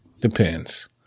Depends